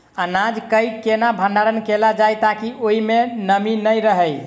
अनाज केँ केना भण्डारण कैल जाए ताकि ओई मै नमी नै रहै?